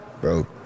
Bro